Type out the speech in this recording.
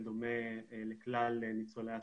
בדומה לכלל ניצולי השואה.